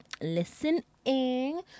listening